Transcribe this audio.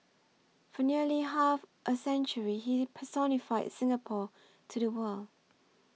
for nearly half a century he personified Singapore to the world